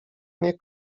nie